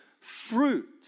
fruit